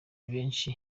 benshi